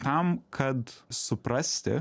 tam kad suprasti